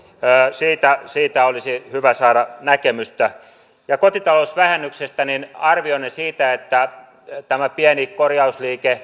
siitä siitä olisi hyvä saada näkemystä ja kotitalousvähennyksestä arvionne siitä ketä tämä pieni korjausliike